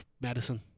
medicine